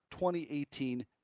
2018